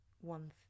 one